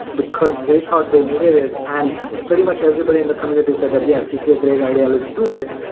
because they hardly needed it, and pretty much everybody in the community said that, yes, this is a great idea. let's do it.